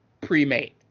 pre-made